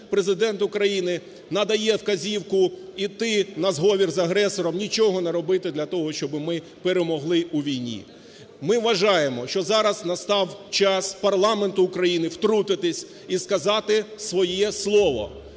Президент України надає вказівку іти на зговір з агресором, нічого не робити для того, щоби ми перемогли у війні. Ми вважаємо, що зараз настав час парламенту України втрутитись і сказати своє слово,